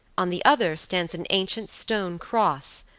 on the other stands an ancient stone cross,